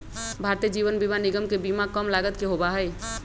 भारतीय जीवन बीमा निगम के बीमा कम लागत के होबा हई